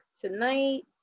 tonight